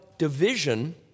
Division